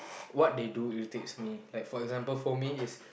what they do irritates me like for example for me is